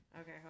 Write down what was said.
Okay